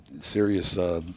serious –